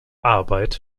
arbeit